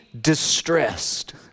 distressed